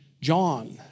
John